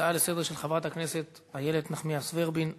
הצעה לסדר-היום של חברת הכנסת איילת נחמיאס ורבין בנושא: